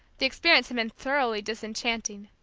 the experience had been thoroughly disenchanting.